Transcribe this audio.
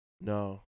no